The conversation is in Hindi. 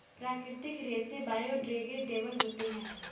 प्राकृतिक रेसे बायोडेग्रेडेबल होते है